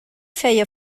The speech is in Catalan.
feia